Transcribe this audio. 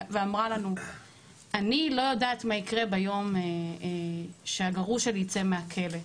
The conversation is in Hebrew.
ואמרה לנו שהיא לא יודעת מה יקרה ביום שהגרוש שלי יצא מהכלא,